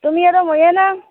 তুমি আৰু ময়েনা